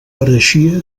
pareixia